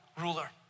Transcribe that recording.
ruler